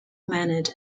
mannered